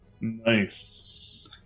Nice